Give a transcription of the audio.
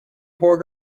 poor